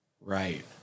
Right